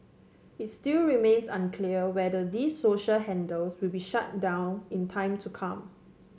it still remains unclear whether these social handles will be shut down in time to come